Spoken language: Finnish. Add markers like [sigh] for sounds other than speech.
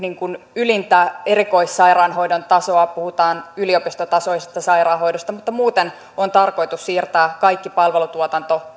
ylintä erikoissairaanhoidon tasoa puhutaan yliopistotasoisesta sairaanhoidosta eli muuten on tarkoitus siirtää kaikki palvelutuotanto [unintelligible]